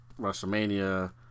WrestleMania